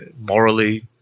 morally